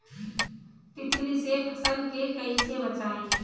तितली से फसल के कइसे बचाई?